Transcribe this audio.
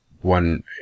one